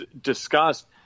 discussed